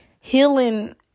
Healing